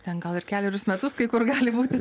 ten gal ir kelerius metus kai kur gali būti